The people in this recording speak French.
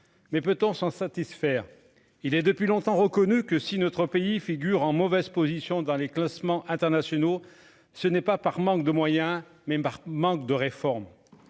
mais peut-on s'en satisfaire, il est depuis longtemps reconnu que si notre pays figure en mauvaise position dans les classements internationaux, ce n'est pas par manque de moyens, mais par manque de réformes,